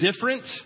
different